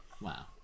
Wow